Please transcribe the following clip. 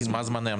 אז אני אומר,